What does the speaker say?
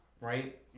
right